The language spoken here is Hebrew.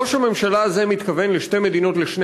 ראש הממשלה הזה מתכוון לשתי מדינות לשני